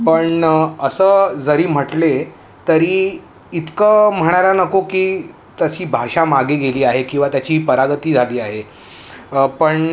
पण असं जरी म्हटले तरी इतकं म्हणायला नको की तशी भाषा मागे गेली आहे किंवा त्याची परागति झाली आहे पण